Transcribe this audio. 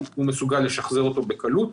הוא מסוגל לשחזר אותו בקלות.